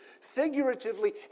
figuratively